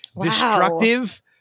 Destructive